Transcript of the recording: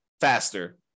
faster